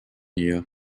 нее